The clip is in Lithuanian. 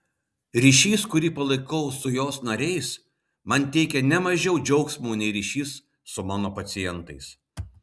ryšys kurį palaikau su jos nariais man teikia ne mažiau džiaugsmo nei ryšys su mano pacientais